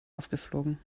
aufgeflogen